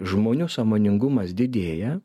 žmonių sąmoningumas didėja